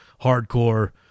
hardcore